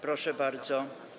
Proszę bardzo.